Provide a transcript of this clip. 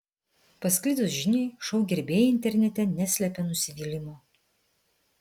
pasklidus žiniai šou gerbėjai internete neslepia nusivylimo